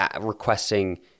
requesting